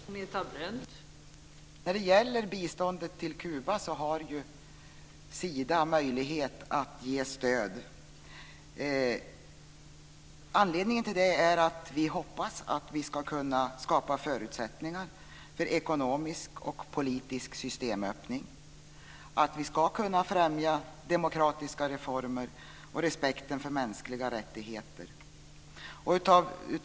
Fru talman! När det gäller biståndet till Kuba har ju Sida möjlighet att ge stöd. Anledningen till det är att vi hoppas att vi ska kunna skapa förutsättningar för ekonomisk och politisk systemöppning, att vi ska kunna främja demokratiska reformer och respekt för mänskliga rättigheter.